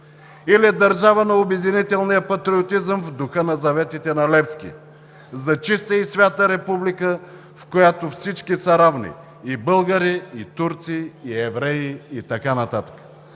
Или държава на обединителния патриотизъм в духа на заветите на Левски за чиста и свята република, в която всички са равни – и българи, и турци, и евреи, и така